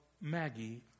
Maggie